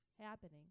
happening